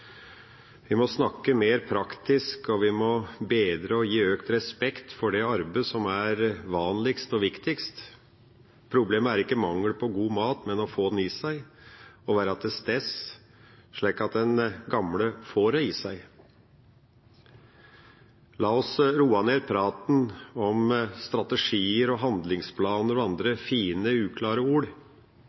Vi må snakke mer praktisk, og vi må bedre og gi økt respekt for det arbeidet som er vanligst og viktigst. Problemet er ikke mangel på god mat, men å få den i seg – å være til stede slik at den gamle får den i seg. La oss roe ned praten om strategier og handlingsplaner og andre fine og uklare ord.